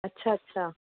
अछा अछा